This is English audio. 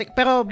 pero